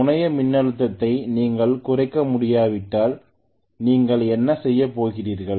முனைய மின்னழுத்தத்தை நீங்கள் குறைக்க முடியாவிட்டால் நீங்கள் என்ன செய்யப் போகிறீர்கள்